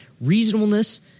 reasonableness